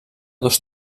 dos